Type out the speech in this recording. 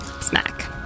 smack